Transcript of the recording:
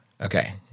Okay